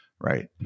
right